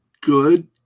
good